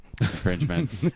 infringement